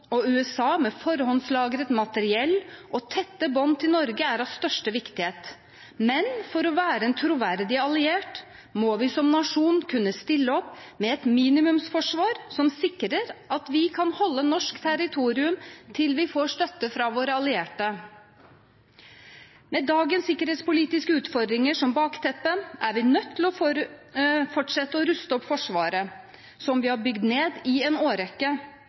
og USA, med forhåndslagret militært materiell, og tette bånd til Norge er av største viktighet, men for å være en troverdig alliert må vi som nasjon kunne stille opp med et minimumsforsvar som sikrer at vi kan holde norsk territorium til vi får støtte fra våre allierte. Med dagens sikkerhetspolitiske utfordringer som bakteppe er vi nødt til å fortsette å ruste opp Forsvaret, som vi har bygd ned i en årrekke.